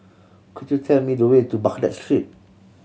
could you tell me the way to Baghdad Street